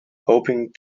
hoping